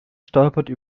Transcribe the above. stolperte